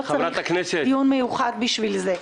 הוא לא צריך דיון מיוחד בשביל זה.